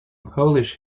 polish